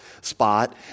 spot